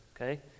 okay